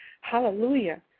hallelujah